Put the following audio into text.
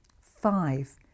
Five